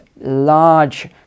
large